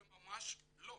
זה ממש לא.